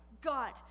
God